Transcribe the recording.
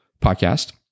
podcast